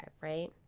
right